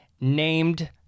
named